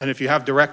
and if you have direct